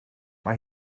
mae